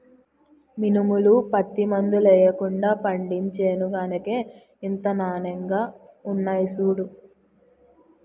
మినుములు, పత్తి మందులెయ్యకుండా పండించేను గనకే ఇంత నానెంగా ఉన్నాయ్ సూడూ